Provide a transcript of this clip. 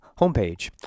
homepage